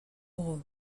bull